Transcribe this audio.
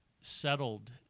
settled